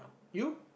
you